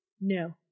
No